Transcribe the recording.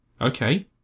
Okay